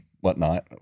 whatnot